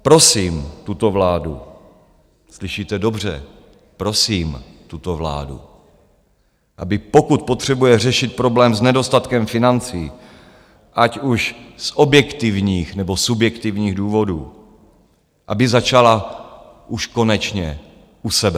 Prosím tuto vládu slyšíte dobře, prosím tuto vládu aby pokud potřebuje řešit problém s nedostatkem financí, ať už z objektivních, nebo subjektivních důvodů, aby začala už konečně u sebe.